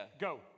Go